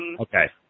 Okay